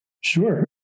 Sure